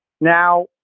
now